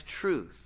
truth